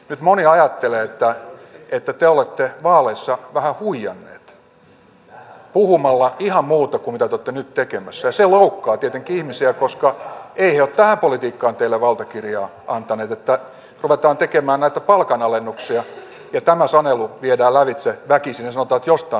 nyt moni ajattelee että te olette vaaleissa vähän huijannut puhumalla ihan muuta kuin mitä te olette nyt tekemässä ja se loukkaa tietenkin ihmisiä koska eivät he ole tähän politiikkaan teille valtakirjaa antaneet että ruvetaan tekemään näitä palkanalennuksia ja tämä sanelu viedään lävitse väkisin ja sanotaan että jostain pitää ottaa